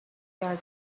their